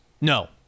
No